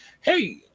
Hey